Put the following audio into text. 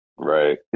right